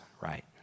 right